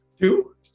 Two